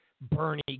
Bernie